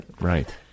right